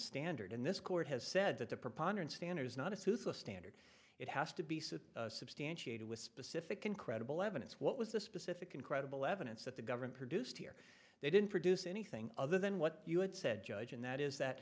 standard in this court has said that the preponderance standard is not a suitable standard it has to be said substantiated with specific and credible evidence what was the specific and credible evidence that the government produced here they didn't produce anything other than what you had said judge and that is that